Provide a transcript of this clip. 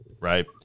right